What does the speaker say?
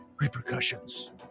repercussions